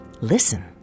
Listen